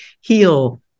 heal